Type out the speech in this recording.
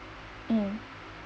um